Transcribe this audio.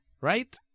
Right